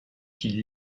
qu’il